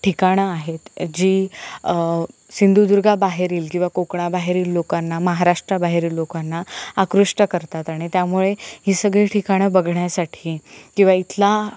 ठिकाणं आहेत जी सिंधुदुर्गाबाहेरील किंवा कोकणाबाहेरील लोकांना महाराष्ट्राबाहेरील लोकांना आकृष्ट करतात आणि त्यामुळे ही सगळी ठिकाणं बघण्यासाठी किंवा इथला